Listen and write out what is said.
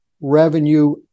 revenue